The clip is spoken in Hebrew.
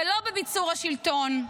ולא בביצור השלטון.